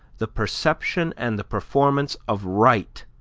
the perception and the performance of right,